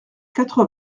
quatre